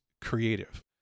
Creative